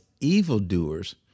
evildoers